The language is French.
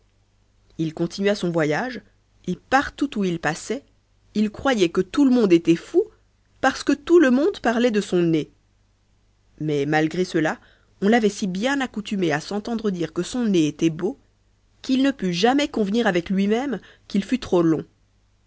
il continua son voyage et partout où il passait il croyait que tout le monde était fou parce que tout le monde parlait de son nez mais malgré cela on l'avait si bien accoutumé à s'entendre dire que son nez était beau qu'il ne put jamais convenir avec lui-même qu'il fût trop long